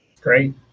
Great